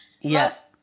Yes